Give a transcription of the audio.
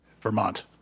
Vermont